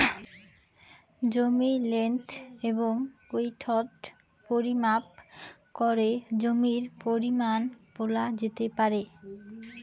জমির লেন্থ এবং উইড্থ পরিমাপ করে জমির পরিমান বলা যেতে পারে